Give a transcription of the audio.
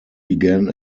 began